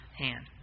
hand